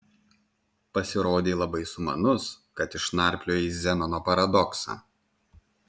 pasirodei labai sumanus kad išnarpliojai zenono paradoksą